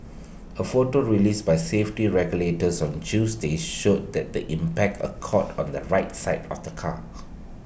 A photo released by safety regulators on Tuesday showed that the impact occurred on the right side of the car